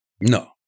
No